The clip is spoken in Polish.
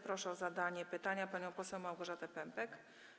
Proszę o zadanie pytania panią poseł Małgorzatę Pępek.